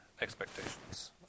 expectations